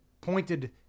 pointed